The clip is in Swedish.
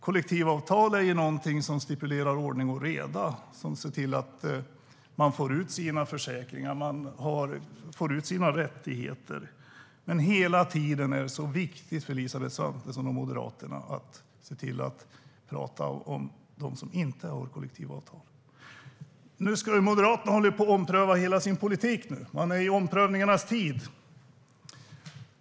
Kollektivavtal är ju något som stipulerar ordning och reda, som ser till att man får ut sina försäkringar, får sina rättigheter. Men hela tiden är det så viktigt för Elisabeth Svantesson och Moderaterna att se till att prata om dem som inte har kollektivavtal. Moderaterna håller nu på att ompröva hela sin politik. Man är i omprövningarnas tid.